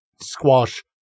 squash